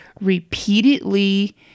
repeatedly